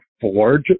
Forge